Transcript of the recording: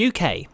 UK